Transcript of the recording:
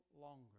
longer